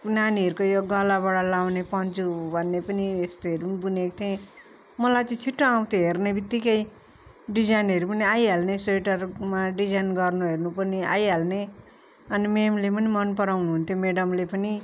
नानीहरूको यो गलाबाट लाउने पन्चु भन्ने पनि यस्तोहरू बुनेको थिएँ मलाई चाहिँ छिटो आउँथ्यो हेर्ने बित्तिकै डिजाइनहरू पनि आइहाल्ने स्वेटरमा डिजाइन गर्नुहरू पनि आइहाल्ने अनि म्याम पनि मनपराउनु हुन्थ्यो मेडमले पनि